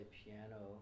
piano